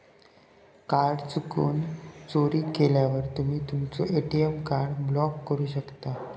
card चुकून, चोरीक गेल्यावर तुम्ही तुमचो ए.टी.एम कार्ड ब्लॉक करू शकता